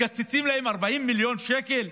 מקצצים להן 40 מיליון שקל.